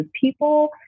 people